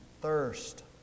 thirst